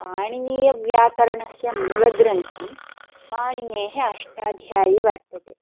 पाणिनीयव्याकरणस्य मूलग्रन्थं पाणिनेः अष्टाध्यायी वर्तते